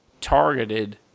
targeted